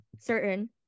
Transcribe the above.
certain